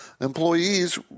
employees